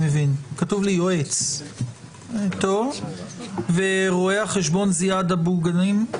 יועץ לעיריית טמרה, רואה חשבון זיאד אבו גנים,